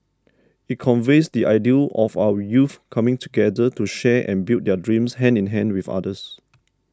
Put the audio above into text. it conveys the ideal of our youth coming together to share and build their dreams hand in hand with others